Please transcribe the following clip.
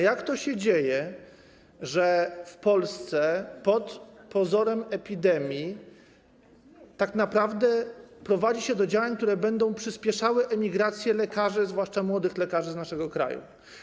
Jak to się dzieje, że w Polsce pod pozorem epidemii tak naprawdę prowadzi się do realizacji działań, które będą przyspieszały emigrację lekarzy, zwłaszcza młodych lekarzy, z naszego kraju?